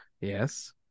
Yes